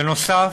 בנוסף,